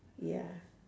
ya